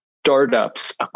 Startups